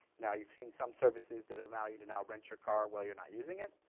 now you've seen some services that allow you to now rent your car while you're not using it.